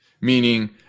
meaning